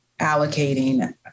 allocating